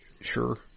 sure